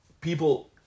people